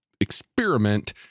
experiment